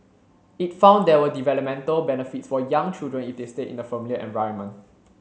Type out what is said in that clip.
it found there were developmental benefits for young children if they stayed in a familiar environment